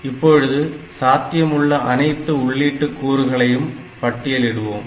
இப்பொழுது சாத்தியமுள்ள அனைத்து உள்ளீட்டு கூறுகளையும் பட்டியலிடுவோம்